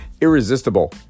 Irresistible